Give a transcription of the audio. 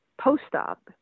post-op